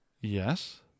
Yes